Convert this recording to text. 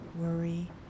worry